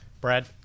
Brad